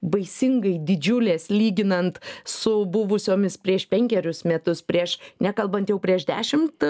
baisingai didžiulės lyginant su buvusiomis prieš penkerius metus prieš nekalbant jau prieš dešimt